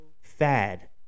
fad